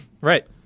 Right